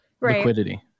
liquidity